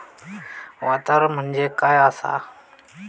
वातावरण म्हणजे काय असा?